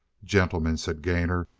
gentlemen, said gainor,